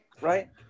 right